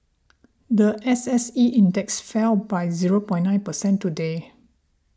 the S S E index fell by zero point nine percent today